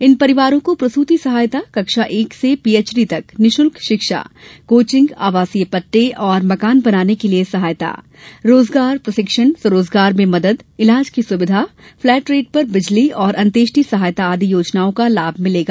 इन परिवारों को प्रसूति सहायता कक्षा एक से पीएचडी तक निशुल्क शिक्षा कोचिंग आवासीय पट्टे और मकान बनाने के लिये सहायता रोजगार प्रशिक्षण स्वरोजगार में मदद इलाज की सुविधा फ्लैट रेट पर बिजली और अंत्येष्टि सहायता आदि योजनाओं का लाभ मिलेगा